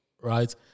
right